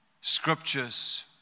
scriptures